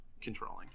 controlling